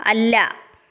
അല്ല